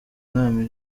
nta